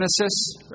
Genesis